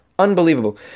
Unbelievable